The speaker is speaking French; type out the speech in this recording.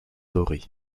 dorée